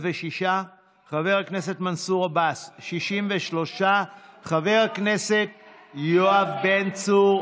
חבר הכנסת מנסור עבאס, 63, חבר הכנסת יואב בן צור,